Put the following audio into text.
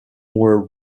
were